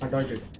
hundred